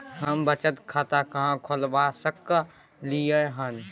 हम बचत खाता कहाॅं खोलवा सकलिये हन?